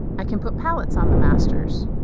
i can put palettes on the masters.